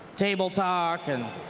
table talk, and